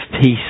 peace